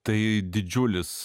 tai didžiulis